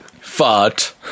Fart